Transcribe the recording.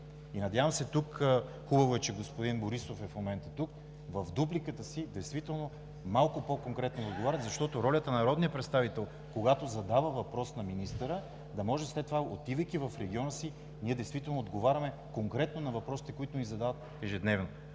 Надявам се, хубаво е, че и господин Борисов в момента е тук, в дупликата си действително малко по-конкретно да ми отговорите, защото ролята на народния представител, когато задава въпрос на министъра, е да може след това, отивайки в региона си, ние действително да отговаряме конкретно на въпросите, които ни задават ежедневно.